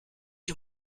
you